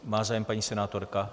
Má zájem paní senátorka?